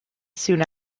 soon